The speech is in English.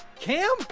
Cam